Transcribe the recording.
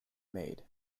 made